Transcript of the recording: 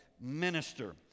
minister